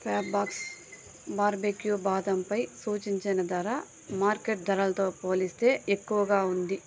Fabbox barbecue బాదం పై సూచించిన ధర మార్కెట్ ధరలతో పోలిస్తే ఎక్కువగా ఉంది